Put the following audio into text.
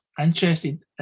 interested